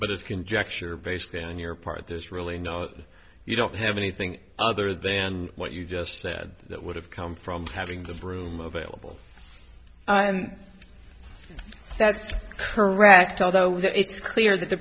but it's conjecture based on your part there's really no doubt you don't have anything other than what you just said that would have come from having the room available that's correct although it's clear that the